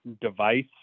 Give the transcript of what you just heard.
device